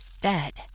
dead